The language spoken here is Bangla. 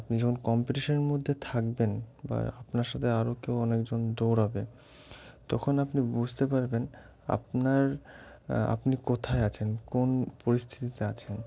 আপনি যখন কম্পিটিশনের মধ্যে থাকবেন বা আপনার সাথে আরও কেউ অনেকজন দৌড়াবে তখন আপনি বুঝতে পারবেন আপনার আপনি কোথায় আছেন কোন পরিস্থিতিতে আছেন